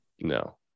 No